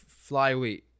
flyweight